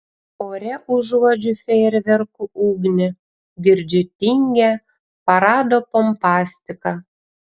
ore užuodžiu fejerverkų ugnį girdžiu tingią parado pompastiką